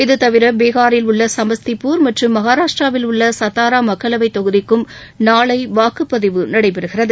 இது தவிர பீகாரில் உள்ள சமஸ்திபூர் மற்றும் மகாராஷ்டிராவில் உள்ள சதாரா மக்களவைத் தொகுதிக்கு நாளை வாக்குப்பதிவு நடைபெறுகிறது